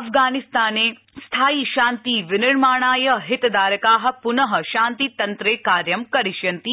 अफगानिस्ताने स्थायि शान्ति विनिर्माणाय हितधारका प्न शान्ति तन्त्रे कार्यम् करिष्यन्ति